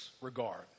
regard